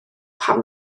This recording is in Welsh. pam